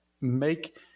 make